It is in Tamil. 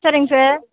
சரிங்க சார்